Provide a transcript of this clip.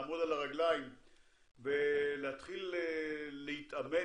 לעמוד על הרגליים ולהתחיל להתאמן,